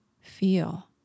feel